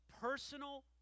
personal